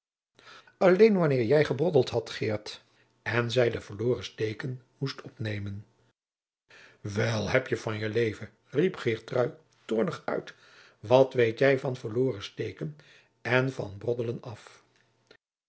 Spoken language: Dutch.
alleen wanneer jij gebroddeld hadt geert en zij de verloren steken moest opnemen wel hebtje van je leven riep geertrui toornig uit wat weet jij van verloren steken en van broddelen af